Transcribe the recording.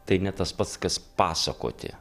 tai ne tas pats kas pasakoti